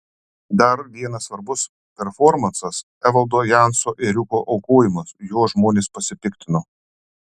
dar vienas svarbus performansas evaldo janso ėriuko aukojimas juo žmonės pasipiktino